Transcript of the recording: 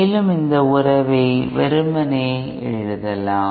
மேலும் இந்த உறவை வெறுமனேஎன எழுதலாம்